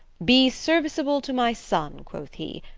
be serviceable to my son quoth he,